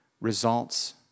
results